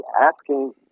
asking